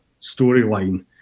storyline